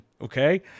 Okay